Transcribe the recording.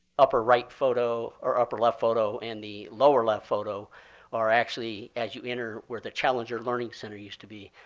upper right photo or upper left photo and the lower left photo are actually as you enter where the challenger learning center used to be.